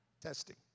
Testing